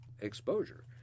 exposure